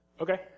Okay